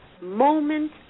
moment